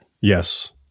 Yes